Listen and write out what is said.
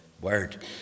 word